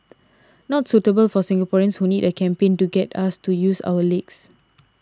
not suitable for Singaporeans who need a campaign to get us to use our legs